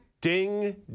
ding